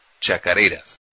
chacareras